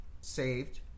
saved